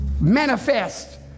manifest